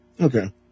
okay